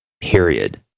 Period